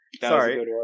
Sorry